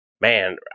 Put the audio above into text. man